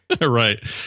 Right